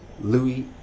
Louis